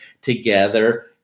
together